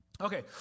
Okay